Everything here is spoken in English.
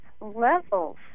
levels